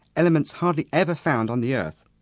elements hardly ever found on the earth.